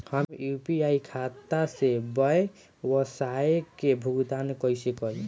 हम यू.पी.आई खाता से व्यावसाय के भुगतान कइसे करि?